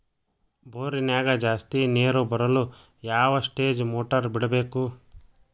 ಬೋರಿನ್ಯಾಗ ಜಾಸ್ತಿ ನೇರು ಬರಲು ಯಾವ ಸ್ಟೇಜ್ ಮೋಟಾರ್ ಬಿಡಬೇಕು?